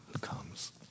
comes